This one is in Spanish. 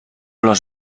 los